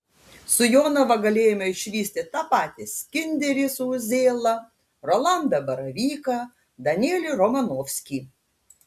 su jonava galėjome išvysti tą patį skinderį su uzėla rolandą baravyką danielį romanovskį